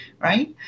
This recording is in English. right